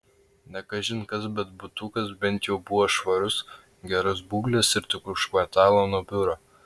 ne kažin kas bet butukas bent jau buvo švarus geros būklės ir tik už kvartalo nuo biuro